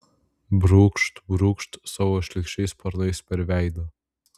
brūkšt brūkšt savo šlykščiais sparnais per veidą